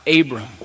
Abram